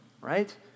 Right